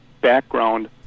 background